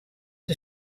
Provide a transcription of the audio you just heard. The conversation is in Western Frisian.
der